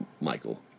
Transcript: Michael